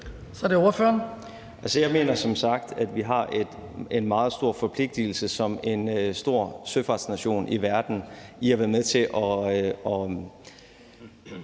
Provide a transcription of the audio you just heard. Simon Kollerup (S): Jeg mener som sagt, at vi har en meget stor forpligtigelse som en stor søfartsnation i verden til at være med til at